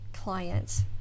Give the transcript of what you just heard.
clients